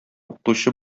укытучы